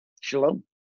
shalom